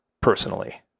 personally